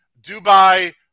Dubai